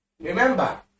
Remember